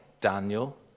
Daniel